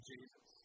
Jesus